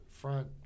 front